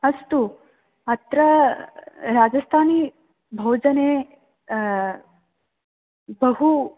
अस्तु अत्र राजस्थानी भोजने बहु